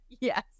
yes